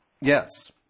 Yes